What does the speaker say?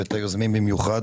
מברך את היוזמים במיוחד,